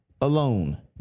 alone